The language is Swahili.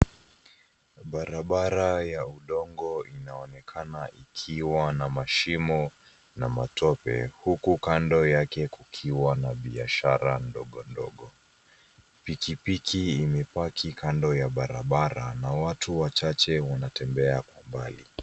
Barabara ya udongo inaonekana ikiwa na mashimo na matope, huku kando yake kukiwa na mabiashara ndogo ndogo. Pikipiki imepaki kando ya barabara, na watu wachache wanatembea kwa mbali .